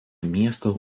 miesto